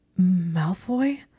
Malfoy